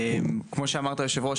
כמו שאמרת היושב-ראש,